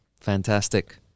Fantastic